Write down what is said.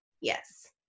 Yes